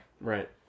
Right